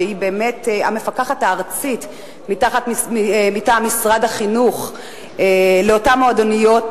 שהיא המפקחת הארצית מטעם משרד החינוך של אותן מועדוניות,